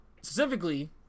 specifically